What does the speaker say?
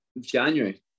January